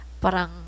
parang